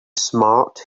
smart